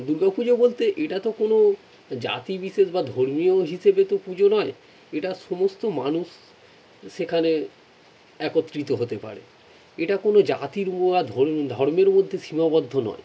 দুর্গা পুজো বলতে এটা তো কোনও জাতি বিশেষ বা ধর্মীয় হিসেবে তো পুজো নয় এটা সমস্ত মানুষ সেখানে একত্রিত হতে পারে এটা কোনও জাতির বা ধন ধর্মের মধ্যে সীমাবদ্ধ নয়